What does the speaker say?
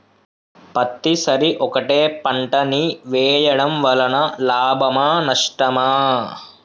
పత్తి సరి ఒకటే పంట ని వేయడం వలన లాభమా నష్టమా?